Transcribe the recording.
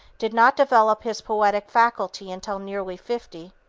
did not develop his poetic faculty until nearly fifty.